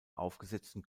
aufgesetzten